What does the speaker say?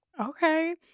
Okay